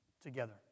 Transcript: together